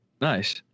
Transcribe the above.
Nice